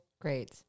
Great